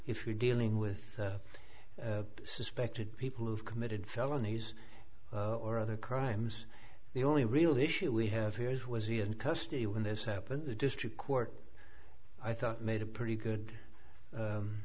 if you're dealing with suspected people who've committed felonies or other crimes the only real issue we have here is was he in custody when this happened the district court i thought made a pretty good